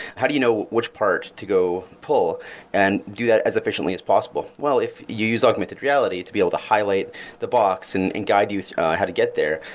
how do you know which part to go pull and do that as efficiently as possible? well, if you use augmented reality to be able to highlight the box and and guide you how to get there,